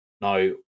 now